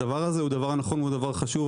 הדבר הזה הוא דבר נכון ודבר חשוב,